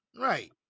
right